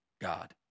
God